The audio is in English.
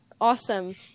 awesome